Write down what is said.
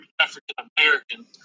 African-American